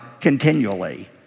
continually